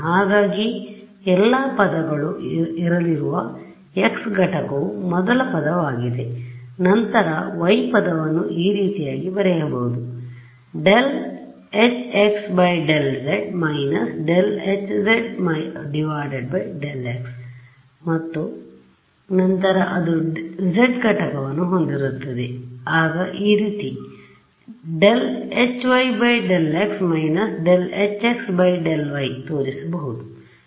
ಹಾಗಾಗಿ ಎಲ್ಲ ಪದಗಳು ಇರಲಿರುವ xˆ ಘಟಕವು ಮೊದಲ ಪದವಾಗಿದೆ ನಂತರ yˆ ಪದವನ್ನು ಈ ರೀತಿಯಾಗಿ ಬರೆಯಬಹುದು ∂Hx∂z − ∂Hz ∂x ಮತ್ತು ನಂತರ ಅದು zˆ ಘಟಕವನ್ನು ಹೊಂದಿರುತ್ತದೆ ಆಗ ಈ ರೀತಿ ∂Hy ∂x − ∂Hx∂y ತೋರಿಸಬಹುದು